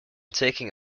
taking